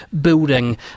building